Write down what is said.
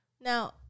Now